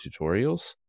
tutorials